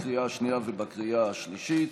לקריאה השנייה ולקריאה השלישית.